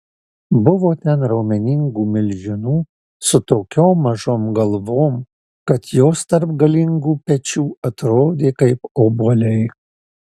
buvo ten raumeningų milžinų su tokiom mažom galvom kad jos tarp galingų pečių atrodė kaip obuoliai